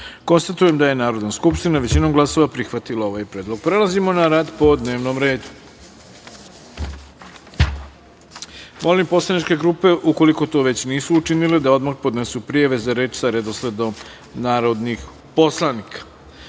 poslanika. Konstatujem da je Narodna skupština većinom glasova prihvatila ovaj predlog. Prelazimo na rad po dnevnom redu. Molim poslaničke grupe, ukoliko to već nisu učinile, da odmah podnesu prijave za reč sa redosledom narodnih poslanika. Saglasno